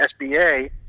SBA